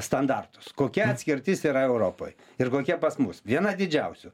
standartus kokia atskirtis yra europoj ir kokia pas mus viena didžiausių